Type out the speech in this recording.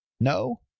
No